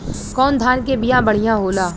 कौन धान के बिया बढ़ियां होला?